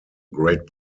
great